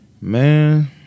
Man